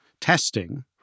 testing